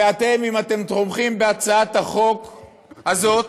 ואתם, אם אתם תומכים בהצעת החוק הזאת,